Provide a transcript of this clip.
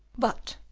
but,